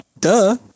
Duh